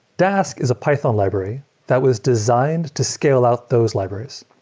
dask is a python library that was designed to scale out those libraries.